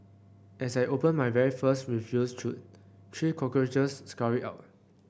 as I opened my very first refuse chute three cockroaches scurried out